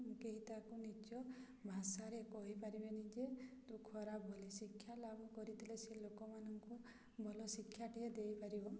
କେହି ତାକୁ ନିଜ ଭାଷାରେ କହିପାରିବେନି ଯେ ତୁ ଖରାପ ବୋଲି ଶିକ୍ଷାଲାଭ କରିଥିଲେ ସେ ଲୋକମାନଙ୍କୁ ଭଲ ଶିକ୍ଷାଟିଏ ଦେଇପାରିବ